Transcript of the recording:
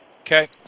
Okay